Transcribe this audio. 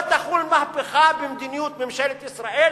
לא תחול מהפכה במדיניות ממשלת ישראל